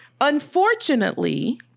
unfortunately